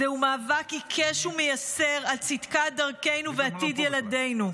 זהו מאבק עיקש ומייסר על צדקת דרכנו ועתיד ילדינו.